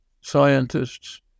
scientists